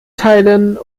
teilen